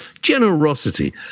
generosity